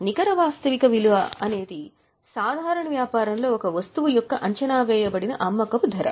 నికర వాస్తవిక విలువ అనేది సాధారణ వ్యాపారంలో ఒక వస్తువు యొక్క అంచనా వేయబడిన అమ్మకపు ధర